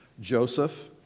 Joseph